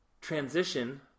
transition